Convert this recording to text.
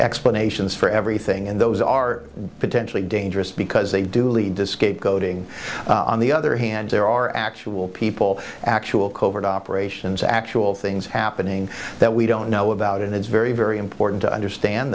explanations for everything and those are potentially dangerous because they duly discreet goading on the other hand there are actual people actual covert operations actual things happening that we don't know about and it's very very important to understand